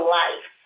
life